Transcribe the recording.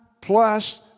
plus